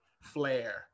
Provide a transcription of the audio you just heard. flair